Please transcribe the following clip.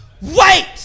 Wait